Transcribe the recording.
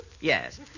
Yes